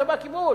צבא הכיבוש.